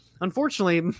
unfortunately